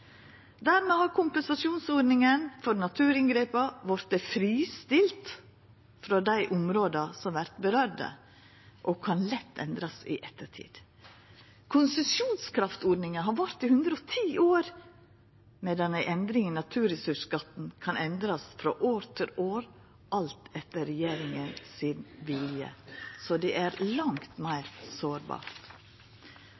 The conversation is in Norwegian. Dermed har kompensasjonsordninga for naturinngrepa vorte fristilt frå dei områda som vert råka, og kan lett endrast i ettertid. Konsesjonskraftordninga har vart i 110 år, medan ei endring i naturressursskatten kan gjerast frå år til år – alt etter regjeringas vilje – så det er langt